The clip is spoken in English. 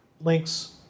Link's